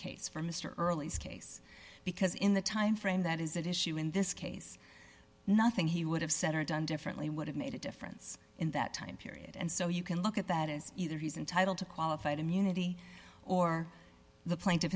case for mr earlies case because in the time frame that is an issue in this case nothing he would have said or done differently would have made a difference in that time period and so you can look at that as either he's entitled to qualified immunity or the plaint